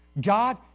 God